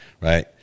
right